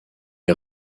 est